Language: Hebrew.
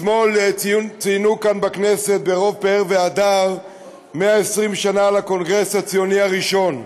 אתמול ציינו כאן בכנסת ברוב פאר והדר 120 שנה לקונגרס הציוני הראשון.